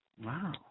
Wow